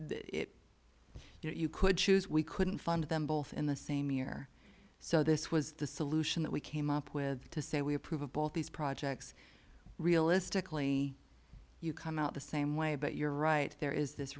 so you could choose we couldn't fund them both in the same year so this was the solution that we came up with to say we approve of both these projects realistically you come out the same way but you're right there is this